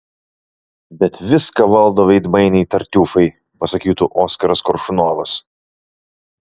bet viską valdo veidmainiai tartiufai pasakytų oskaras koršunovas